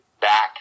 back